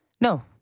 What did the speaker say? No